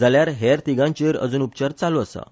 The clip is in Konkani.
जाल्यार हेर तिगांचेर अजुन उपचार चालू आसात